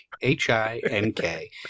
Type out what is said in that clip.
H-I-N-K